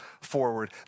forward